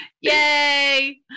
Yay